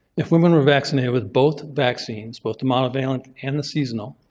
if women are vaccinated with both vaccines, both the monovalent and the seasonal,